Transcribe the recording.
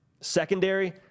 Secondary